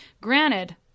granted